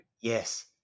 Yes